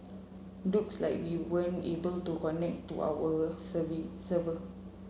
looks like we weren't able to connect to our server